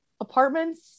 apartments